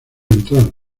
entrar